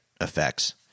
effects